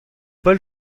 pol